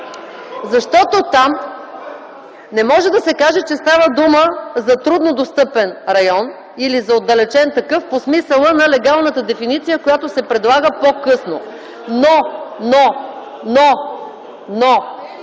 Защото там не може да се каже, че става дума за труднодостъпен район или за отдалечен такъв по смисъла на легалната дефиниция, която се предлага по-късно. Но, и такива